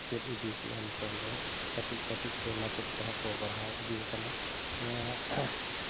ᱪᱮᱫ ᱤᱫᱤ ᱠᱮᱫᱟ ᱱᱤᱛᱚᱜ ᱫᱚ ᱠᱟᱹᱴᱤᱡ ᱠᱟᱹᱴᱤᱡᱛᱮ ᱢᱟᱪᱮᱫ ᱠᱚᱦᱚᱸ ᱠᱚ ᱵᱟᱲᱦᱟᱣ ᱤᱫᱤ ᱟᱠᱟᱱᱟ ᱚᱱᱟ